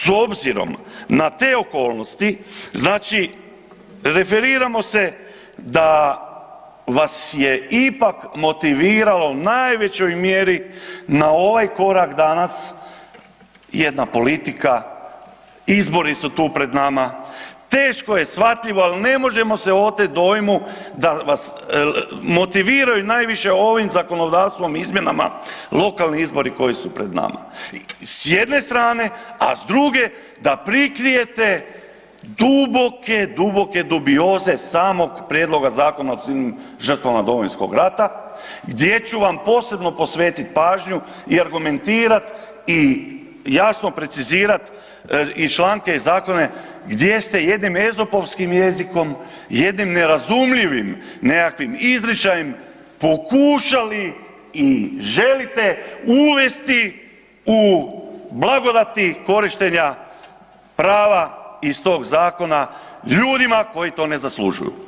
S obzirom na te okolnosti, znači referiramo se da vas je ipak motiviralo u najvećoj mjeri na ovaj korak danas jedna politika, izbori su tu pred nama, teško je shvatljivo, ali ne možemo se otet dojmu da vas motiviraju najviše ovim zakonodavstvom i izmjenama lokalni izbori koji su pred nama s jedne strane, a s druge da prikrijete duboke, duboke dubioze samog prijedloga Zakona o civilnim žrtvama Domovinskog rata gdje ću vam posebno posvetit pažnju i argumentirat i jasno precizirat i članke i zakone gdje ste jednim ezopovskim jezikom, jednim nerazumljivim nekakvim izričajem pokušali i želite uvesti u blagodati korištenja prava iz tog zakona ljudima koji to ne zaslužuju.